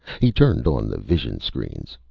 he turned on the vision screens.